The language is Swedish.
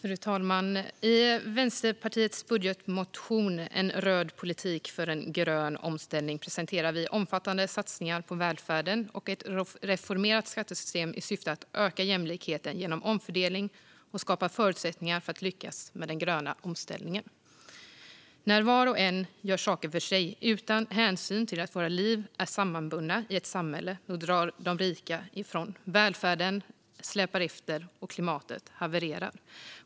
Fru talman! I Vänsterpartiets budgetmotion, En röd politik för en grön omställning , presenterar vi omfattande satsningar på välfärden och ett reformerat skattesystem i syfte att öka jämlikheten genom omfördelning och skapa förutsättningar för att lyckas med den gröna omställningen. När var och en gör saker för sig, utan hänsyn till att våra liv är sammanbundna i ett samhälle, drar de rika ifrån, välfärden släpar efter och klimatet havererar.